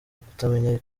kutamenya